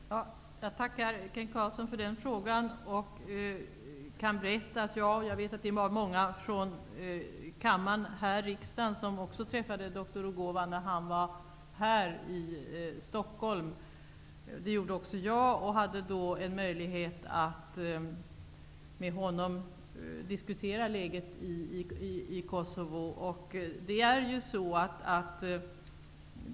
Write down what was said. Herr talman! Jag tackar Kent Carlsson för den frågan. Jag vet att det var många från riksdagen som träffade dr Rugova när han var här i Stockholm. Det gjorde även jag. Jag hade då möjlighet att med honom diskutera läget i Kosovo.